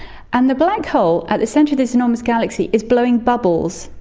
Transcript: and the black hole at the centre of this enormous galaxy is blowing bubbles,